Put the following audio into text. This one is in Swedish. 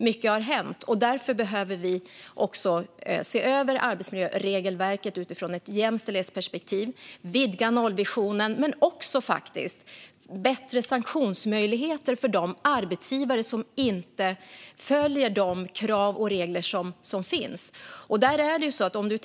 Mycket har hänt, och därför behöver vi se över arbetsmiljöregelverket utifrån ett jämställdhetsperspektiv, vidga nollvisionen och utöka sanktionsmöjligheterna för de arbetsgivare som inte följer de krav och regler som finns.